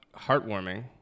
heartwarming